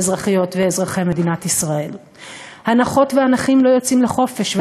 תצא לחופש, הדיבורים שנשמעים בה לא יוצאים לחופש.